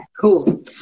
cool